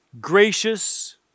gracious